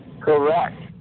Correct